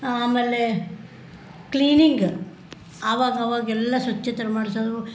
ಆಮೇಲೆ ಕ್ಲೀನಿಂಗ ಆವಾಗ ಅವಾಗೆಲ್ಲ ಸ್ವಚ್ಛತೆಯನ್ನು ಮಾಡಿಸೋದು